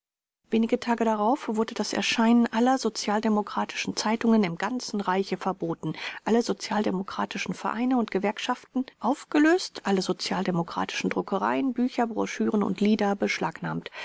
wenige tage darauf wurde das erscheinen aller sozialdemokratischen zeitungen im ganzen reiche verboten alle sozialdemokratischen vereine und gewerkschaften schaften aufgelöst alle sozialdemokratischen druckereien bücher broschüren und lieder beschlagnahmt